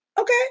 okay